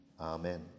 Amen